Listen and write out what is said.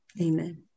Amen